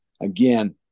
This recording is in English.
again